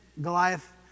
Goliath